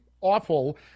awful